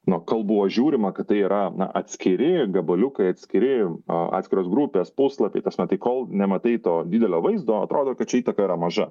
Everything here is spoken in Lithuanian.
na kol buvo žiūrima kad tai yra atskiri gabaliukai atskiri atskiros grupės puslapiai ta prasme tai kol nematai to didelio vaizdo atrodo kad čia įtaka yra maža